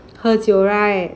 喝酒 right